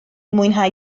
mwynhau